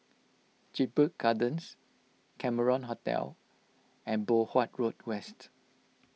Jedburgh Gardens Cameron Hotel and Poh Huat Road West